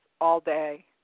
all-day